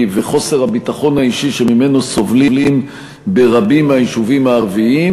וחוסר הביטחון האישי שממנו סובלים ברבים מהיישובים הערביים,